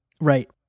Right